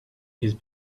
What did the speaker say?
his